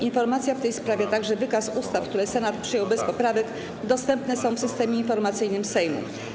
Informacja w tej sprawie, a także wykaz ustaw, które Senat przyjął bez poprawek, dostępne są w Systemie Informacyjnym Sejmu.